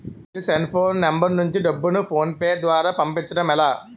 నేను cell phone number నుంచి డబ్బును ను ఫోన్పే అప్ ద్వారా పంపించడం ఎలా?